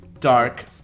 dark